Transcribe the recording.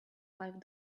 five